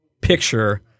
picture